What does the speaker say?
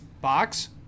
box